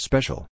Special